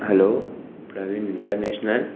hello Praveen international